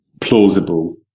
plausible